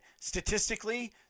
statistically